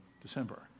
December